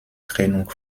trennung